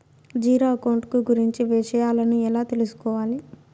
Zero account కు గురించి విషయాలను ఎలా తెలుసుకోవాలి?